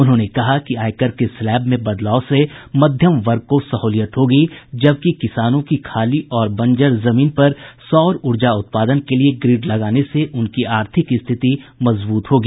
उन्होंने कहा कि आयकर के स्लैब में बदलाव से मध्यम वर्ग को सहलियत होगी जबकि किसानों की खाली और बंजर जमीन पर सौर ऊर्जा उत्पादन के लिए ग्रिड लगाने से उनकी आर्थिक स्थिति मजबूत होगी